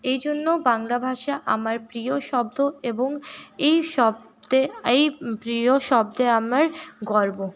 এইজন্য বাংলা ভাষা আমার প্রিয় শব্দ এবং এই শব্দে এই প্রিয় শব্দে আমার গর্ব